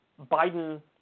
Biden